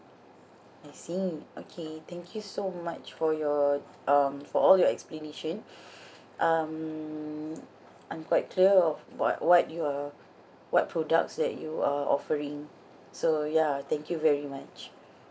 I see okay thank you so much for your um for all your explanation um I'm quite clear of what what you are what products that you are offering so ya thank you very much